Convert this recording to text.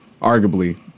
Arguably